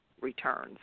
returns